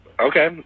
Okay